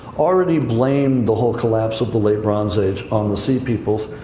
already blamed the whole collapse of the late bronze age on the sea peoples.